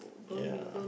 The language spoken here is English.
ya